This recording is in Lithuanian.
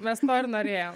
mes to ir norėjom